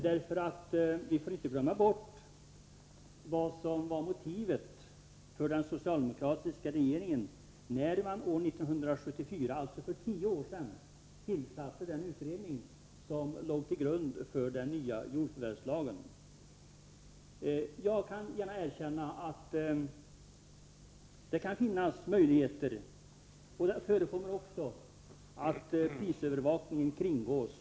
Vi får nämligen inte glömma bort vad som var motivet för den socialdemokratiska regeringen när den år 1974, alltså för tio år sedan, tillsatte den utredning som Jag erkänner gärna att det förekommer att prisövervakningen kringgås.